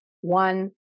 one